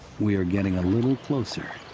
we are getting a little closer.